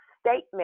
statement